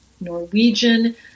Norwegian